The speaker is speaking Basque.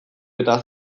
eta